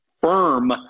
firm